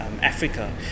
Africa